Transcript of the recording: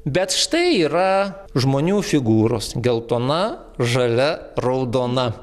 bet štai yra žmonių figūros geltona žalia raudona